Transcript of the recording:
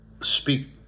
speak